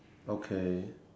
okay